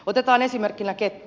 otetaan esimerkkinä kettu